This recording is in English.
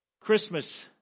Christmas